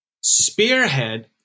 spearhead